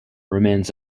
remains